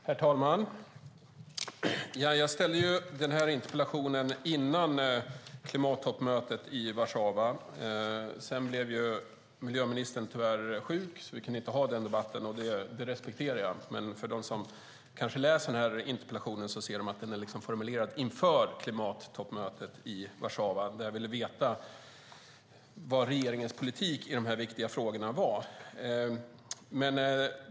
Herr talman! Jag ställde min interpellation före klimattoppmötet i Warszawa men eftersom miljöministern tyvärr blev sjuk kunde vi inte ha debatten då. Jag respekterar det men ville förtydliga för dem som läser interpellationen att den alltså formulerades inför klimattoppmötet i Warszawa för att jag ville veta vad regeringens politik i dessa viktiga frågor var.